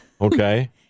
Okay